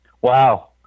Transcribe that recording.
wow